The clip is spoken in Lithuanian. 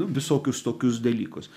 visokius tokius dalykus